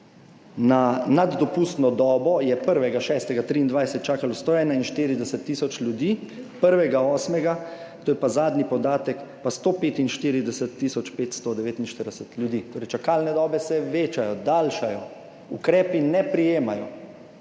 na nad dopustno dobo je 1. 6. 2023 čakalo 141 tisoč ljudi, 1. 8. to je pa zadnji podatek, pa 145 tisoč 549 ljudi. Torej, čakalne dobe se večajo, daljšajo. Ukrepi ne prijemajo